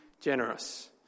generous